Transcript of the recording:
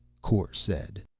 kor said.